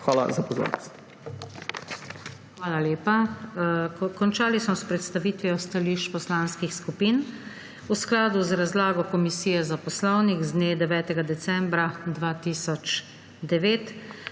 NATAŠA SUKIČ:** Hvala lepa. Končali smo s predstavitvijo stališč poslanskih skupin. V skladu z razlago Komisije za poslovnik z dne 9. decembra 2009